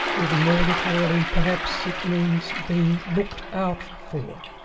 even more literally perhaps, it means being looked out for.